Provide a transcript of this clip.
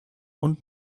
und